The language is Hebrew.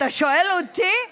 אתה שואל אותי?